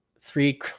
three